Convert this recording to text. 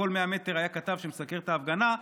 בכל 100 מטר היה כתב שמסקר את ההפגנה,